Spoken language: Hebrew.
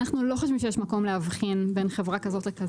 אנחנו לא חושבים שיש מקום להבחין בין חברה כזאת לכזאת.